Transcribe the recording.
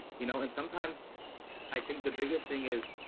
you know, and sometimes i think the biggest thing is,